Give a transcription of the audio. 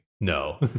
no